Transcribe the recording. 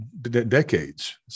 decades